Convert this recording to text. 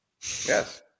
Yes